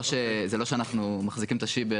שמשרד להגנת הסביבה יישב אתם.